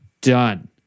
Done